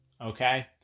okay